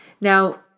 Now